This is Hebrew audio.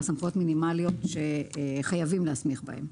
סמכויות מינימליות שחייבים להסמיך בהן,